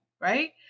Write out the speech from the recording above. right